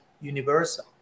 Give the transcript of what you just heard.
universal